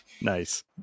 Nice